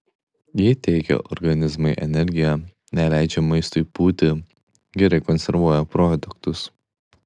ji teikia organizmui energiją neleidžia maistui pūti gerai konservuoja produktus